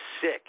sick